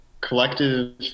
collective